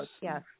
Yes